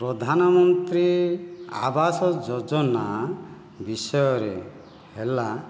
ପ୍ରଧାନମନ୍ତ୍ରୀ ଆବାସ ଯୋଜନା ବିଷୟରେ ହେଲା